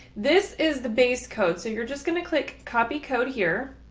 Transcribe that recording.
this is the base code, so you're just going to click copy code here